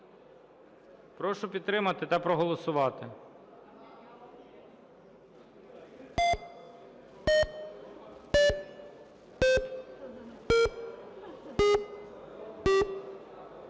Прошу підтримати та проголосувати.